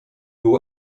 był